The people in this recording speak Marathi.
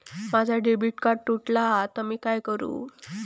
माझा डेबिट कार्ड तुटला हा आता मी काय करू?